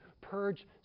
purge